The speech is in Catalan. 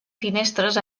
finestres